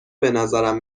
بنظرم